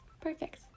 Perfect